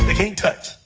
and can't touch